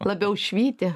labiau švyti